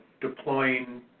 deploying